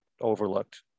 overlooked